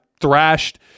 thrashed